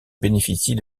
bénéficie